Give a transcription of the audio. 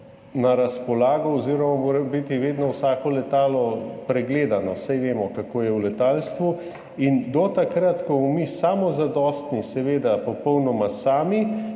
na razpolago oziroma mora biti vedno vsako letalo pregledano, saj vemo, kako je v letalstvu. Do takrat, ko bomo mi samozadostni, popolnoma sami,